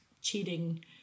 cheating